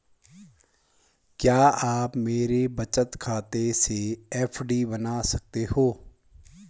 क्या आप मेरे बचत खाते से एफ.डी बना सकते हो?